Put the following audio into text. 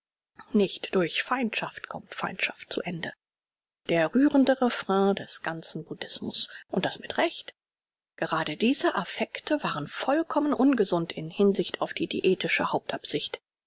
nicht durch feindschaft kommt feindschaft zu ende der rührende refrain des ganzen buddhismus und das mit recht gerade diese affekte waren vollkommen ungesund in hinsicht auf die